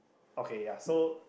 okay ya so